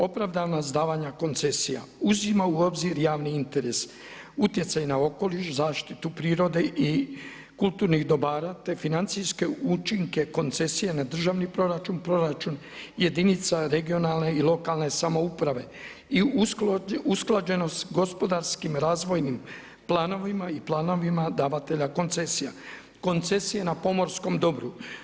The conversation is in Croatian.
Opravdanost davanja koncesija uzima u obzir javni interes, utjecaj na okoliš, zaštitu prirode i kulturnih dobara te financijske učinke koncesije na državni proračun, proračun jedinica regionalne i lokalne samouprave i usklađenost gospodarskim razvojnim planovima i planovima davatelja koncesija, koncesije na pomorskom dobru.